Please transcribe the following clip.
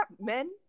men